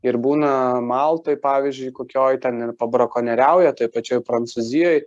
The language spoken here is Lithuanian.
ir būna maltoj pavyzdžiui kokioj ten ir pabrakonieriauja toj pačioj prancūzijoj